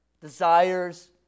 desires